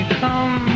come